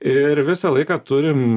ir visą laiką turim